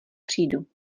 přijdu